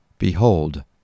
Behold